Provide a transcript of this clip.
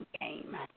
game